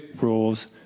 rules